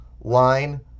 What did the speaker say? line